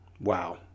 wow